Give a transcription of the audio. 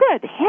good